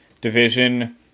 division